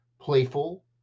playful